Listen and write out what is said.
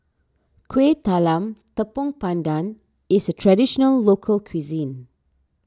Kueh Talam Tepong Pandan is a Traditional Local Cuisine